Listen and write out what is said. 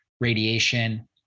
radiation